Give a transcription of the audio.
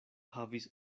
havis